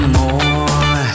more